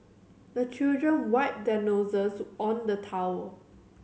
the children wipe their noses on the towel